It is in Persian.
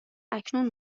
اکنون